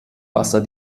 wasser